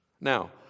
Now